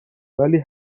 ولی